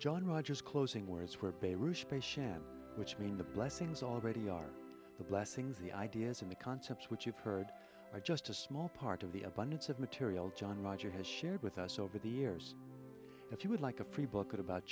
john rogers closing words for pay rush pay shann which mean the blessings already are the blessings the ideas and the concepts which you've heard are just a small part of the abundance of material john roger has shared with us over the years if you would like a free book about